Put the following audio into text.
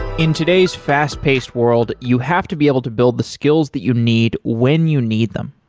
in today's fast-paced world, you have to be able to build the skills that you need when you need them.